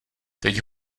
teď